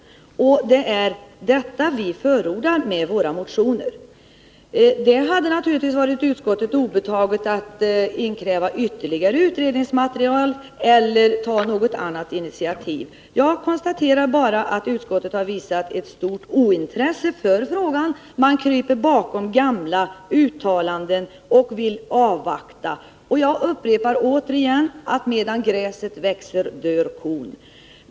Och det är detta vi förordar i våra motioner. Det hade naturligtvis varit utskottet obetaget att inkräva ytterligare utredningsmaterial eller ta något annat initiativ. Jag kan bara konstatera att utskottet visat ett stort ointresse för frågan. Man kryper bakom gamla uttalanden och vill avvakta. Jag upprepar återigen: Medan gräset gror dör kon.